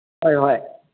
ꯍꯣꯏ